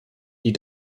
die